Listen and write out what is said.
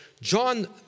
John